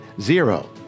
zero